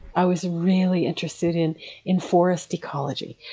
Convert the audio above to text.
i was really interested in in forest ecology,